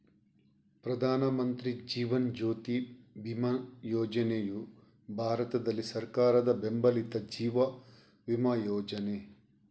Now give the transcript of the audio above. ಪ್ರಧಾನ ಮಂತ್ರಿ ಜೀವನ್ ಜ್ಯೋತಿ ಬಿಮಾ ಯೋಜನೆಯು ಭಾರತದಲ್ಲಿ ಸರ್ಕಾರದ ಬೆಂಬಲಿತ ಜೀವ ವಿಮಾ ಯೋಜನೆ